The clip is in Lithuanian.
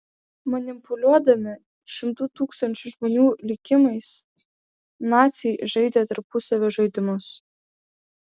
manipuliuodami šimtų tūkstančių žmonių likimais naciai žaidė tarpusavio žaidimus